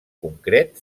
concret